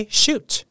shoot